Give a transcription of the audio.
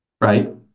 Right